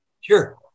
Sure